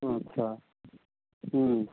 अच्छा